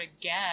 again